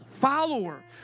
follower